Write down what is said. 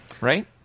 right